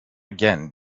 again